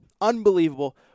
Unbelievable